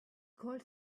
called